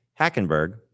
Hackenberg